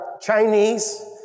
Chinese